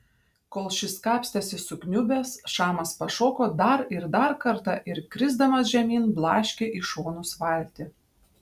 kol šis kapstėsi sukniubęs šamas pašoko dar ir dar kartą ir krisdamas žemyn blaškė į šonus valtį